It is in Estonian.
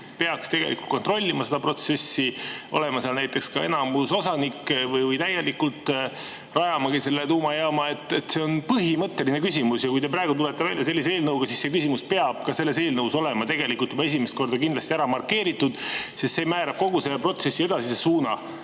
peaks kontrollima seda protsessi, olema seal näiteks enamusosanik või täielikult rajamagi selle tuumajaama. See on põhimõtteline küsimus. Kui te praegu tulete välja sellise eelnõuga, siis see küsimus peab selles eelnõus olema tegelikult juba esimest korda kindlasti ära markeeritud, sest see määrab kogu selle protsessi edasise suuna.